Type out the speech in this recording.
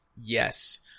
Yes